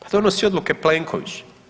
Pa donosi odluke Plenković.